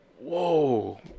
whoa